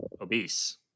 obese